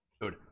dude